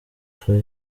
fire